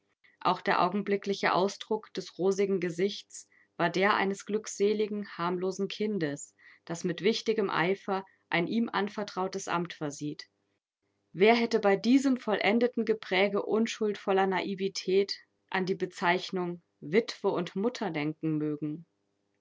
auch der augenblickliche ausdruck des rosigen gesichts war der eines glückseligen harmlosen kindes das mit wichtigem eifer ein ihm anvertrautes amt versieht wer hätte bei diesem vollendeten gepräge unschuldvoller naivetät an die bezeichnung witwe und mutter denken mögen